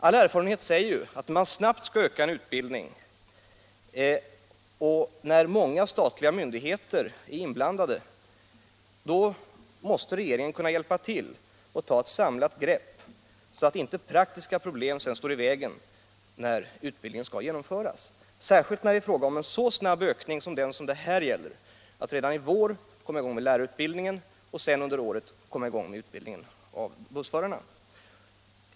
All erfarenhet säger att när man skall öka en utbildning snabbt, och när många statliga myndigheter är inblandade måste regeringen kunna hjälpa till att ta ett samlat grepp, så att inte praktiska problem sedan står i vägen när utbildningen skall genomföras. Särskilt gäller detta när det är fråga om en så snabb ökning som i det här fallet. Man skall redan i vår komma i gång med lärarutbildningen för att sedan längre fram på året börja utbildningen av bussförarna.